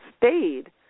stayed